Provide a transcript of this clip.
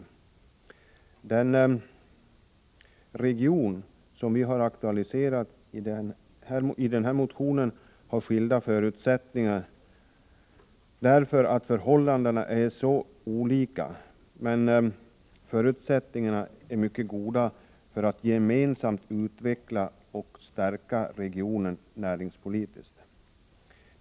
Olika delar av den region som vi har aktualiserat i den här motionen har skilda förutsättningar, eftersom förhållandena är olika, men förutsättningarna är mycket goda för att gemensamt utveckla och stärka regionen näringspolitiskt.